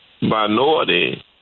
minority